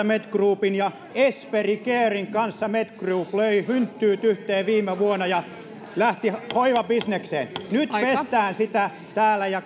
med groupin esperi caren kanssa med group löi hynttyyt yhteen viime vuonna ja lähti hoivabisnekseen nyt pestään sitä täällä ja